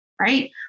right